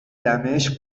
دمشق